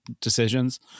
decisions